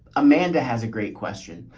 amanda has a great question.